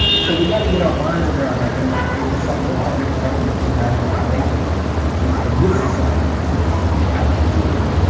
so we got to get our minds around that, and like there's a psychological element to wrapping our brains around it, because in this society it's it's counterintuitive.